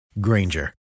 Granger